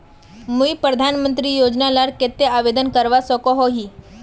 मुई प्रधानमंत्री योजना लार केते आवेदन करवा सकोहो ही?